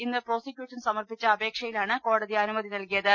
ഇന്ന് പ്രോസിക്യൂഷൻ സ്ഥമർപ്പിച്ച അപേക്ഷയിലാണ് കോടതി അനുമതി നല്കിയത്